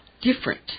different